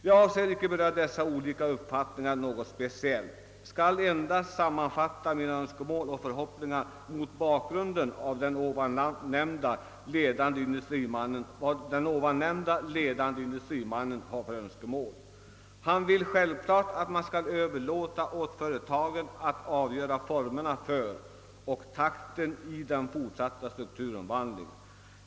Jag avser icke att speciellt beröra dessa olika uppfattningar, utan jag skall endast sammanfatta mina önskemål och förhoppningar mot bakgrunden av de nämnda ledande industrimännens uppfattning. De vill självklart att man skall överlåta åt företagen att avgöra formerna för och takten i den fortsatta strukturomvandlingen.